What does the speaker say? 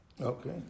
Okay